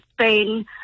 Spain